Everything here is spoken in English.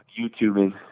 YouTubing